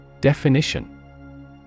Definition